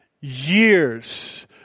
years